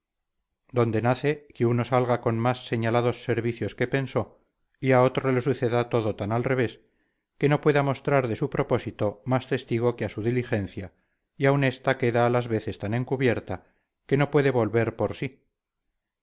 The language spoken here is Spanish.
donde nace que uno salga con más señalados servicios que pensó y a otro le suceda todo tan al revés que no pueda mostrar de su propósito más testigo que a su diligencia y aun ésta queda a las veces tan encubierta que no puede volver por sí